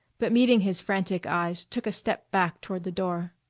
but meeting his frantic eyes took a step back toward the door.